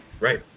Right